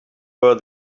were